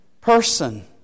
person